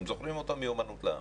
אתם זוכרים אותו מאומנות לעם.